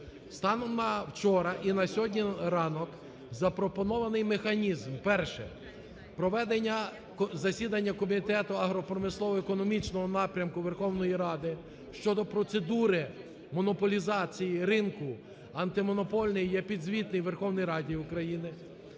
Станом на вчора і на сьогодні ранок запропонований механізм. Перше. Проведення засідання комітету агропромислово-економічного напрямку Верховної Ради щодо процедури монополізації ринку. Антимонопольний є підзвітний Верховній Раді України.